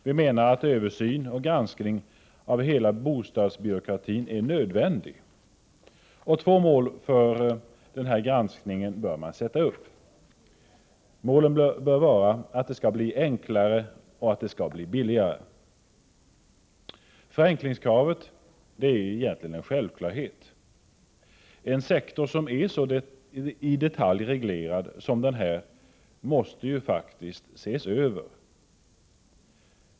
Vi menar att en översyn och granskning av hela bostadsbyråkratin är nödvändig. Man bör sätta upp två mål för denna granskning — att det skall bli enklare och att det skall bli billigare. Förenklingskravet är egentligen en självklarhet. En sektor som är så i detalj reglerad som denna måste faktiskt ses över.